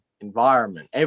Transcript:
environment